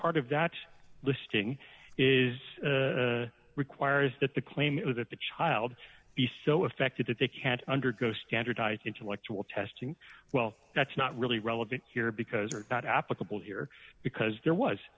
part of that listing is requires that the claim is that the child is so affected that they can't undergo standardized intellectual testing well that's not really relevant here because they are not applicable here because there was